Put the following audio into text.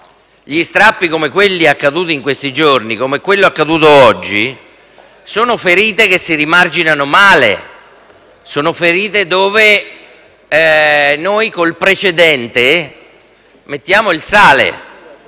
gli strappi, come quelli verificatisi in questi giorni e come quello accaduto oggi, sono ferite che si rimarginano male; sono ferite su cui noi, col precedente, mettiamo il sale.